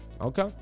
Okay